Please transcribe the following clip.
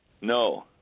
No